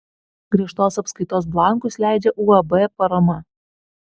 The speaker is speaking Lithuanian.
griežtos apskaitos blankus leidžia uab parama